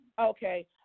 Okay